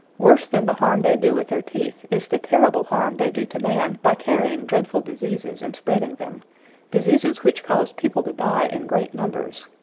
worse than the harm they do with their teeth is the terrible harm they do to man by carrying dreadful diseases and spreading them diseases which cause people to die in great numbers.